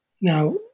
Now